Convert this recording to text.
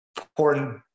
important